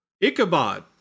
Ichabod